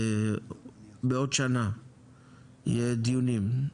בעוד שנה יהיו דיונים.